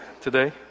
today